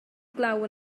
glaw